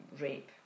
rape